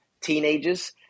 teenagers